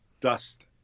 Dust